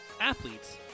athletes